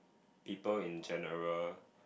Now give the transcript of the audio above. people in general